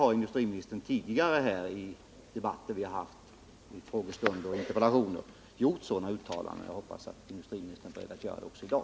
Industriministern har ju tidigare i interpellationsdebatter och frågestunder gjort sådana uttalanden, och jag hoppas att industriministern är beredd att göra det också i dag.